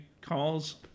calls